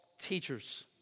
teachers